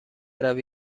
روی